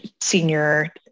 senior